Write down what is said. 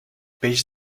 peix